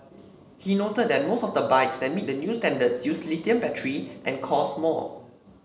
he noted that most of the bikes that meet the new standards use lithium batteries and cost more